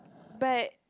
but